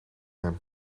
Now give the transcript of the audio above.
hem